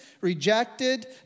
rejected